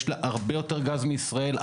יש לה הרבה יותר גז מישראל,